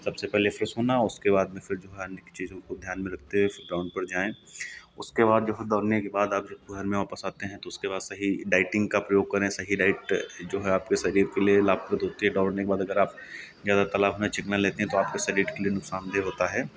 सबसे पहले फ्रेश होना उसके बाद जो है अन्य चीज़ों को ध्यान में रखते हुए फिर ग्राउंड पर जाएँ उसके बाद देखो दौड़ने के बाद आप जब घर में वापस आते हैं तो उसके बाद सही डाइटिंग का प्रयोग करें सही डाइट जो है आपके शरीर के लिए लाभप्रद होती है दौड़ने के बाद अगर आप ज़्यादा तला भुना चिकना लेते हैं तो आपके शरीर के लिए नुकसानदेह होता है